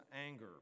anger